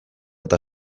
eta